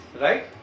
Right